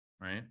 right